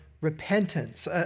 repentance